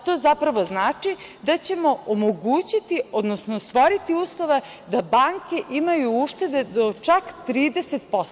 To zapravo znači da ćemo omogućiti, odnosno stvoriti uslove da banke imaju uštede do čak 30%